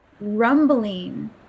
rumbling